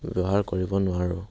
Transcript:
ব্যৱহাৰ কৰিব নোৱাৰোঁ